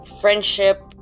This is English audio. friendship